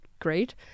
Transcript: great